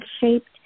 shaped